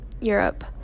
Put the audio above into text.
Europe